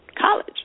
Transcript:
college